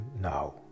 now